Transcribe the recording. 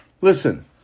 Listen